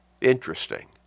Interesting